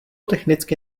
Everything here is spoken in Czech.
technicky